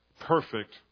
Perfect